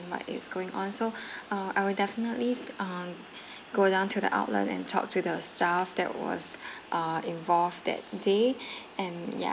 what is going on so uh I will definitely uh go down to the outlet and talk to the staff that was uh involved that day and yeah